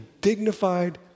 dignified